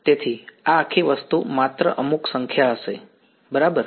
તેથી આ આખી વસ્તુ માત્ર અમુક સંખ્યા હશે બરાબર